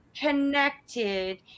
connected